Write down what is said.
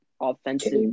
offensive